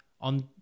on